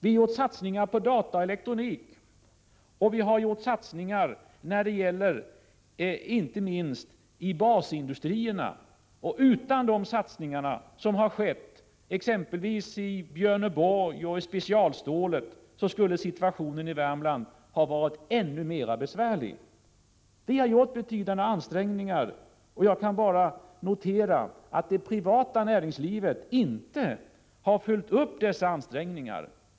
Vi har gjort satsningar på data och elektronik och inte minst på basindustrierna. Utan de satsningarna, exempelvis i Björneborg och i fråga om specialstålet, skulle situationen varit ännu mer besvärlig. Vi har gjort betydande ansträngningar. Jag kan bara notera att det privata näringslivet inte har följt upp dessa ansträngningar.